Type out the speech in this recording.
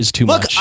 Look